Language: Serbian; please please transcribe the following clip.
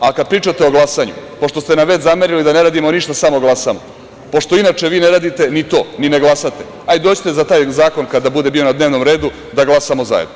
Kada pričate o glasanju, pošto ste nam već zamerili da ne radimo ništa samo glasamo, pošto inače vi ne radite ni to, ni ne glasate, dođite za taj zakon kada bude bio na dnevnom redu da glasamo zajedno.